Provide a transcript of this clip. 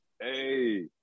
Hey